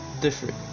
different